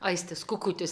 aistis kukutis